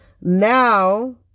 now